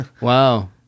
Wow